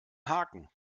haken